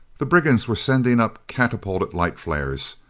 the brigands were sending up catapulted light flares.